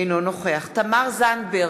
אינו נוכח תמר זנדברג,